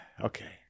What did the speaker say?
Okay